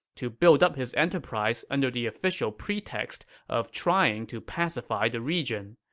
to build up his enterprise under the official pretext of trying to pacify the region.